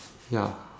ya